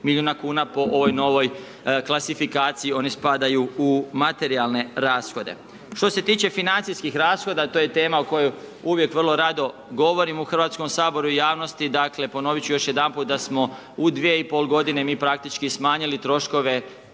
milijuna kn, po ovoj novoj klasifikaciji, oni spadaju u materijalne rashode. Što se tiče financijskih rashoda, to je tema, o kojoj uvijek vrlo rado govorim u Hrvatskom saboru i javnosti, dakle, ponoviti ću još jedanput da smo u 2,5 g. mi praktički smanjili troškove